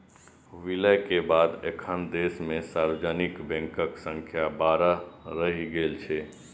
विलय के बाद एखन देश मे सार्वजनिक बैंकक संख्या बारह रहि गेल छै